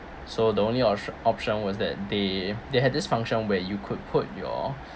so the only optio~ option was that they they had this function where you could put your